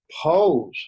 pose